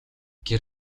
гэр